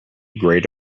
great